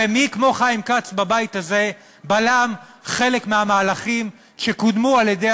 הרי מי כמו חיים כץ בבית הזה בלם חלק מהמהלכים שקודמו על-ידי